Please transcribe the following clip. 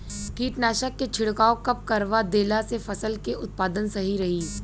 कीटनाशक के छिड़काव कब करवा देला से फसल के उत्पादन सही रही?